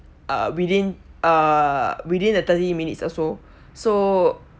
uh within err within the thirty minutes also so